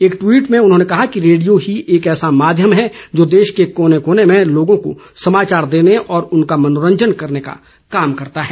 एक ट्वीट में उन्होंने कहा कि रेडियो ही एक ऐसा माध्यम है जो देश के कोने कोने मेँ लोगों को समाचार देने और उनका मनोरंजन करने का काम करता है